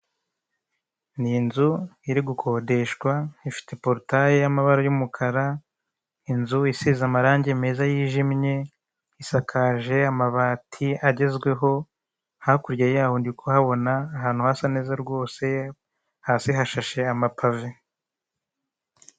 Ni inzu iri gukodeshwa ifite porotaye y'amabara y'umukara inzu isize amarangi meza yijimye, isakaje amabati agezweho hakurya yaho ndi kuhabona ahantu hasa neza rwose hasi hashashe amapave.